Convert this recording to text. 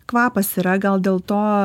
kvapas yra gal dėl to